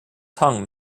tongue